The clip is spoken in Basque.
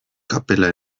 kapela